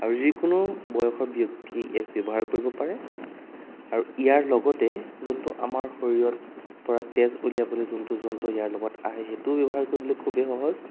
আৰু যিকোনো বয়সৰ ব্যক্তিয়ে ইয়াক ব্যৱহাৰ কৰিব পাৰে আৰু ইয়াৰ লগতে যোনটো আমাৰ শৰীৰত পৰা তেজ উলিয়াবলৈ যোনটো যন্ত্ৰ ইয়াৰ লগত আহে সেইটো ব্যৱহাৰ কৰিবলৈ খুবেই সহজ